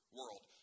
world